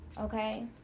Okay